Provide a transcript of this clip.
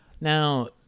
Now